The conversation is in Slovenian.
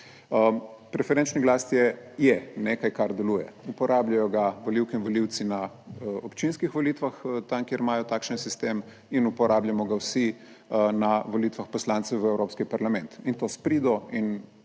Preferenčni glas je nekaj, kar deluje. Uporabljajo ga volivke in volivci na občinskih volitvah tam, kjer imajo takšen sistem in uporabljamo ga vsi na volitvah poslancev v Evropski parlament in to s pridom in